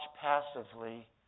passively